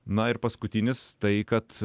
na ir paskutinis tai kad